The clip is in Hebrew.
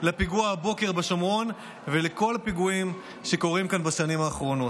לפיגוע הבוקר בשומרון ולכל פיגועים שקורים כאן בשנים האחרונות.